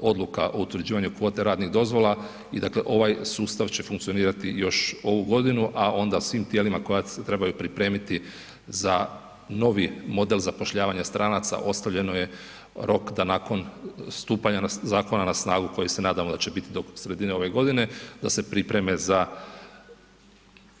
odluka o utvrđivanju kvote radnih dozvola i dakle, ovaj sustav će funkcionirati još ovu godinu, a onda svim tijelima koja se trebaju pripremiti za novi model zapošljavanja stranaca, ostavljeno je rok da nakon stupanja na, zakona na snagu koji se nadamo da će bit do sredine ove godine, da se pripreme za